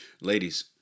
Ladies